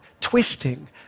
twisting